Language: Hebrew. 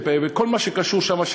וכל מה שקשור לזה,